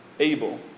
Abel